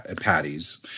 patties